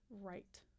right